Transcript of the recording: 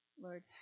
Lord